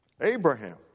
Abraham